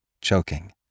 choking